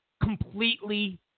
Completely